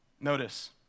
Notice